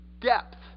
depth